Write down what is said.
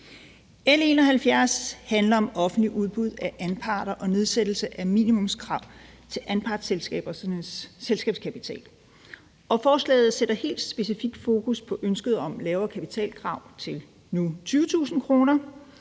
L 71 handler om offentligt udbud af anparter og nedsættelse af minimumskrav til anpartsselskabernes selskabskapital. Forslaget sætter helt specifikt fokus på ønsket om lavere kapitalkrav til nu 20.000 kr.